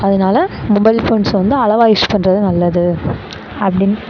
அதனால் மொபைல் ஃபோன்ஸை வந்து அளவாக யூஸ் பண்றது நல்லது அப்படின்